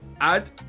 add